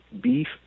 beef